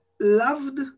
loved